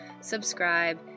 subscribe